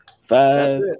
five